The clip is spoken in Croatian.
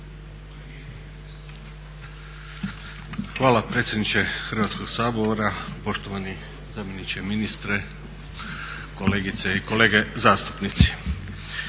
Hvala predsjedniče Hrvatskog sabora, poštovani zamjeniče ministra, kolegice i kolege zastupnici.